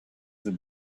the